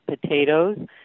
potatoes